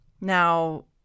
Now